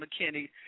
McKinney